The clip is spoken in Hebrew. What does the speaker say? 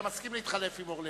אתה מסכים להתחלף עם אורלב,